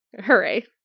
Hooray